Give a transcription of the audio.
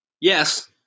Yes